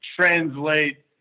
translate